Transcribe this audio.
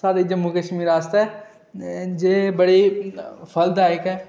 साढञे जम्मू कशमीर आस्तै जे बड़े ही फलदायक ऐ